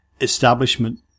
establishment